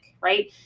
right